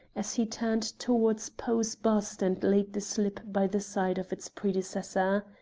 as he turned towards poe's bust and laid the slip by the side of its predecessor.